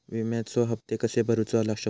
विम्याचे हप्ते कसे भरूचो शकतो?